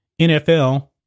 NFL